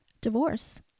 divorce